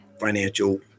financial